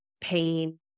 pain